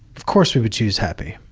of course, we would choose happy.